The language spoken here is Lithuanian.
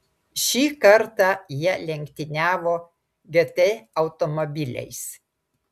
šį kartą jie lenktyniavo gt automobiliais